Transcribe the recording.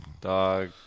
Dog